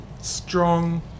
strong